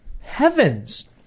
Heavens